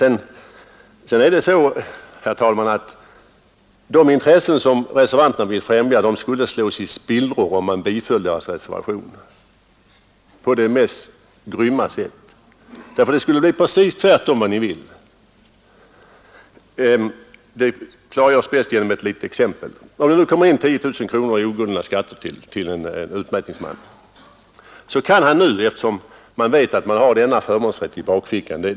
Men härtill kommer att de intressen som reservanterna vill främja skulle slås i spillror på det mest grymma sätt, om vi biföll reservationen. Då skulle det nämligen bli precis tvärtom mot vad reservanterna vill. Detta kan jag klargöra bäst med ett litet exempel. Om det till en utmätningsman kommer in uppgifter om 10 000 kronor i oguldna skatter, så händer det nu ingenting våldsamt, eftersom utmätningsmannen har förmånsrätten i bakfickan.